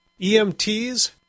EMTs